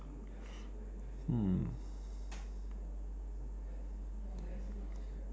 mm